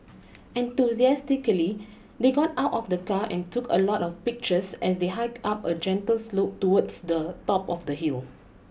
enthusiastically they got out of the car and took a lot of pictures as they hiked up a gentle slope towards the top of the hill